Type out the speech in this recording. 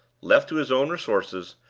left to his own resources,